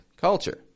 culture